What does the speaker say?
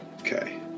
Okay